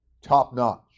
top-notch